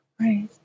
Right